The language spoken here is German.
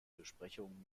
besprechungen